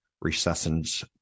recessions